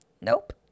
Nope